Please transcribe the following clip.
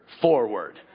forward